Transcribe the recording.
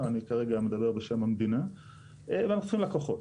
אני כרגע מדבר בשם המדינה, ואנחנו צריכים לקוחות.